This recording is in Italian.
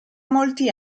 molti